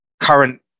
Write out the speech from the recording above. current